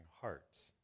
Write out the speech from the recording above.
hearts